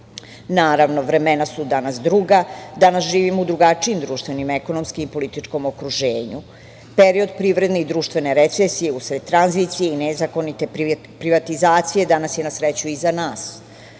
Naravno, vremena su danas druga, danas živimo u drugačijem društvenom, ekonomskom i političkom okruženju. Period privredne i društvene recesije usled tranzicije i nezakonite privatizacije danas je, na sreću, iza nas.